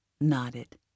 nodded